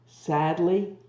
Sadly